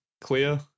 clear